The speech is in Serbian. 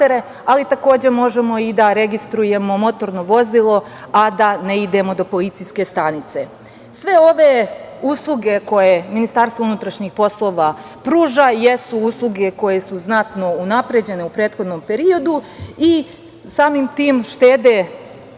ali takođe možemo i da registrujemo motorno vozilo a da ne idemo do policijske stanice. Sve ove usluge koje MUP pruža jesu usluge koje su znatno unapređene u prethodnom periodu i samim tim štede